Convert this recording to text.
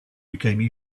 became